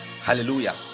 Hallelujah